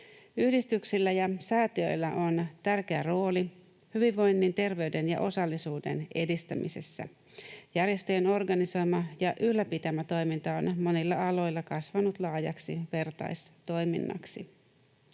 Yhdistyksillä ja säätiöillä on tärkeä rooli hyvinvoinnin, terveyden ja osallisuuden edistämisessä. Järjestöjen organisoima ja ylläpitämä toiminta on monilla aloilla kasvanut laajaksi vertaistoiminnaksi.